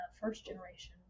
first-generation